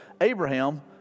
Abraham